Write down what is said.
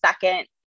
second